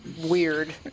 weird